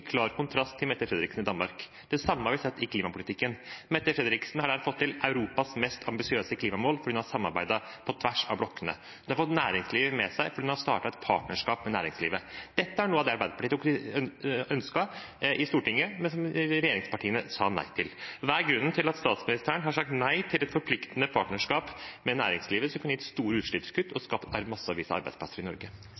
klar kontrast til Mette Frederiksen i Danmark. Det samme har vi sett i klimapolitikken. Mette Frederiksen har fått til Europas mest ambisiøse klimamål fordi hun har samarbeidet på tvers av blokkene. Hun har fått næringslivet med seg fordi hun har startet et partnerskap med næringslivet. Det er noe av det Arbeiderpartiet ønsket i Stortinget, men som regjeringspartiene sa nei til. Hva er grunnen til at statsministeren har sagt nei til et forpliktende partnerskap med næringslivet, som kunne gitt store utslippskutt og